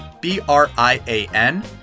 B-R-I-A-N